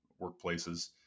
workplaces